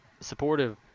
supportive